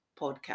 podcast